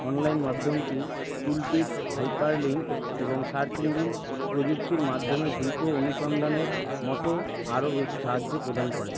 online মাধ্যমটি tooltips hyperlink এবং search engine প্রযুক্তির মাধ্যমে দ্রুত অনুসন্ধানের মতো আরও বেশি সাহায্য প্রদান করে